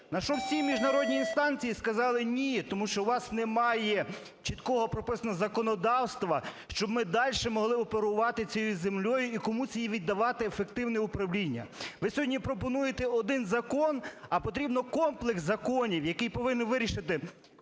На що всі міжнародні інстанції сказали: "Ні. Тому що у вас немає чіткого прописаного законодавства, щоб ми дальше могли оперувати цією землею і комусь її віддавати в ефективне управління". Ви сьогодні пропонуєте один закон. А потрібен комплекс законів, який повинен вирішити…